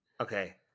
okay